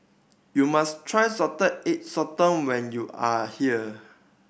you must try Salted Egg Sotong when you are here